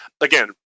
Again